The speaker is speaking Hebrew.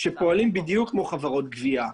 שפועלים בדיוק כמו חבורת גבייה.